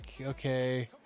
okay